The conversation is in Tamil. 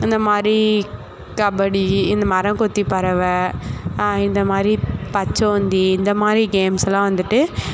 அந்த மாதிரி கபடி இந்த மரங்கொத்தி பறவை இந்த மாதிரி பச்சோந்தி இந்த மாதிரி கேம்ஸ்லாம் வந்துட்டு